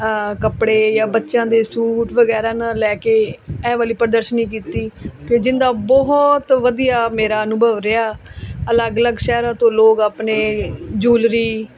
ਕੱਪੜੇ ਜਾਂ ਬੱਚਿਆਂ ਦੇ ਸੂਟ ਵਗੈਰਾ ਨਾ ਲੈ ਕੇ ਇਹ ਵਾਲੀ ਪ੍ਰਦਰਸ਼ਨੀ ਕੀਤੀ ਕਿ ਜਿਹਦਾ ਬਹੁਤ ਵਧੀਆ ਮੇਰਾ ਅਨੁਭਵ ਰਿਹਾ ਅਲੱਗ ਅਲੱਗ ਸ਼ਹਿਰਾਂ ਤੋਂ ਲੋਕ ਆਪਣੇ ਜੂਲਰੀ